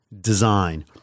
design